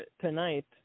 Tonight